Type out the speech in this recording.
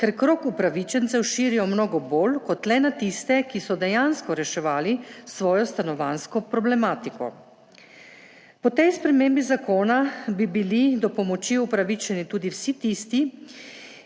ker krog upravičencev širijo mnogo bolj kot le na tiste, ki so dejansko reševali svojo stanovanjsko problematiko. Po tej spremembi zakona bi bili do pomoči upravičeni tudi vsi tisti,